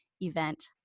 event